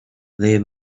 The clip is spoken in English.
they